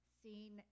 seen